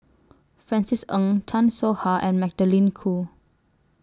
Francis Ng Chan Soh Ha and Magdalene Khoo